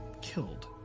killed